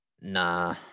Nah